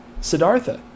siddhartha